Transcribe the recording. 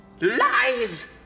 Lies